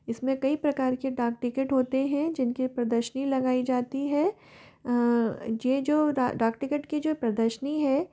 इसमें कई प्रकार के डाक टिकट होतें हैं जिनकी प्रदर्शनी लगाई जाती है ये जो डा डाक टिकट की जो प्रदर्शनी है